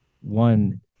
one